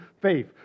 faith